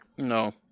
No